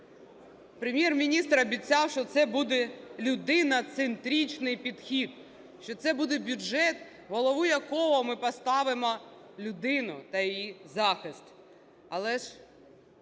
Прем'єр-міністр обіцяв, що це буде людиноцентричний підхід, що це буде бюджет, в голову якого ми поставимо людину та її захист.